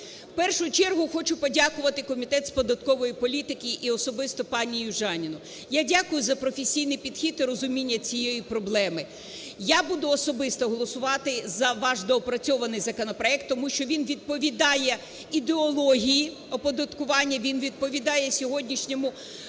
В першу чергу хочу подякувати Комітету з податкової політики і особисто Южаніну, я дякую за професійний підхід і розуміння цієї проблеми. Я буду особисто голосувати за ваш доопрацьований законопроект, тому що він відповідає ідеології оподаткування, він відповідає сьогоднішній